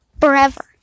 Forever